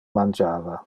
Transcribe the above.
mangiava